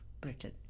Britain